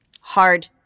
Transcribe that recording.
Hard